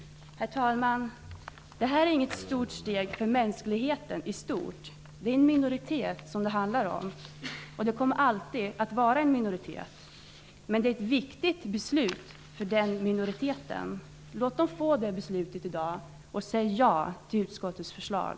Herr talman! Detta är inte något stort steg för mänskligheten i stort. Det handlar om en minoritet, och det kommer alltid att vara en minoritet. Men det är ett viktigt beslut för den minoriteten. Låt den få detta beslut i dag, och säg ja till utskottets förslag!